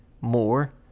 more